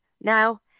now